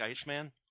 Iceman